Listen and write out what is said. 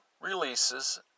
releases